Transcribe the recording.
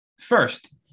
First